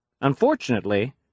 Unfortunately